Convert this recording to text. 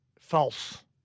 False